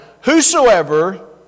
Whosoever